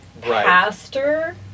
pastor